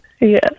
Yes